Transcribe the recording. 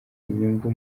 inyungu